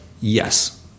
Yes